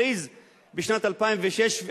בשנת 2006,